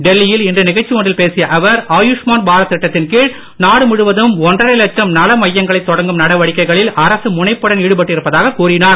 டெல்லியில் இன்று நிகழ்ச்சி ஒன்றில் பேசிய அவர் ஆயுஷ்மான் பாரத் திட்டத்தின்கீழ் நாடு முழுவதும் ஒன்றரை லட்சம் நல மையங்களை தொடங்கும் நடவடிக்கைகளில் அரசு முனைப்புடன் ஈடுபட்டிருப்பதாக கூறினார்